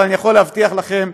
ואני יכול להבטיח לכם,